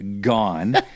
gone